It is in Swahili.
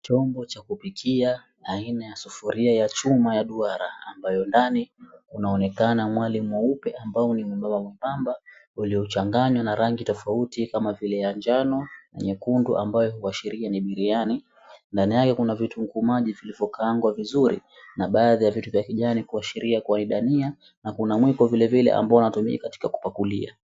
Chombo cha kupikia aina ya sufuria ya chuma ya duara ambayo ndani unaonekana wali mweupe ambao memupamba uliochanganywa na rangi tofauti kama vile ya njano nyekundu ambayo kuashiria ni biriani. Ndani yake kuna vitunguu maji vilivyokaangwa vizuri na baadhi ya viti vya kijani kuashiria ni dani na kuna mwiko vilevile ambao unatumika katika kupakulia.